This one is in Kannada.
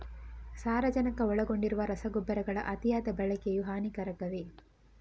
ಸಾರಜನಕ ಒಳಗೊಂಡಿರುವ ರಸಗೊಬ್ಬರಗಳ ಅತಿಯಾದ ಬಳಕೆಯು ಹಾನಿಕಾರಕವೇ?